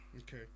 Okay